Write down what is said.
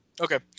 Okay